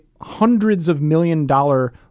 hundreds-of-million-dollar